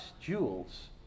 jewels